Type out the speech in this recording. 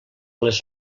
les